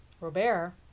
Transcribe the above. robert